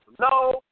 no